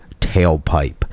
tailpipe